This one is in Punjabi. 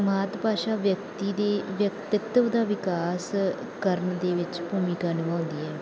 ਮਾਤ ਭਾਸ਼ਾ ਵਿਅਕਤੀ ਦੇ ਵਿਅਕਤਿਤਵ ਦਾ ਵਿਕਾਸ ਕਰਨ ਦੇ ਵਿੱਚ ਭੂਮਿਕਾ ਨਿਭਾਉਂਦੀ ਹੈ